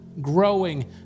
growing